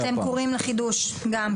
אתם קוראים לחידוש שיתוף פעולה?